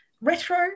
retro